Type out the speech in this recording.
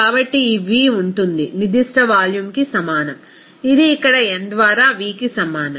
కాబట్టి ఈ v ఉంటుంది నిర్దిష్ట వాల్యూమ్కి సమానం ఇది ఇక్కడ n ద్వారా Vకి సమానం